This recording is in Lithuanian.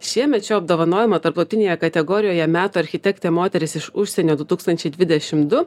šiemet šio apdovanojimo tarptautinėje kategorijoje metų architektė moteris iš užsienio du tūkstančiai dvidešim du